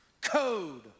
code